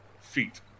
feet